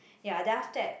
ya then after that